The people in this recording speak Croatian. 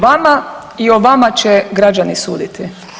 Vama i o vama će građani suditi.